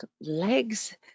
legs